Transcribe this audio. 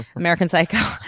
american psycho,